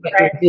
Right